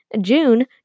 June